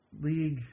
league